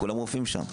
כולם רופאים שם.